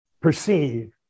perceive